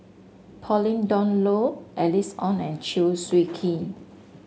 Pauline Dawn Loh Alice Ong and Chew Swee Kee